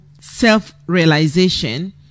self-realization